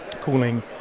cooling